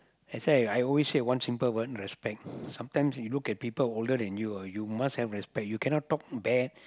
that's why I always say one simple word respect sometimes you look at people older than you ah you must have respect you cannot talk bad